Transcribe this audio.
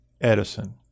Edison